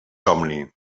somni